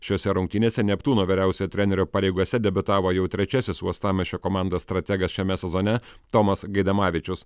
šiose rungtynėse neptūno vyriausiojo trenerio pareigose debiutavo jau trečiasis uostamiesčio komandos strategas šiame sezone tomas gaidamavičius